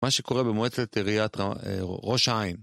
מה שקורה במועצת עיריית ראש העין.